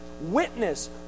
witness